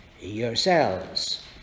yourselves